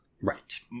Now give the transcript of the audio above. Right